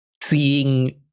seeing